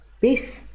Peace